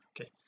okay